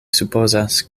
supozas